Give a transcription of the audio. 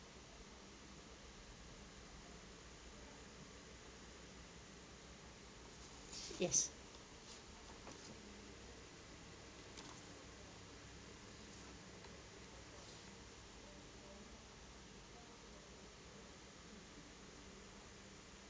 yes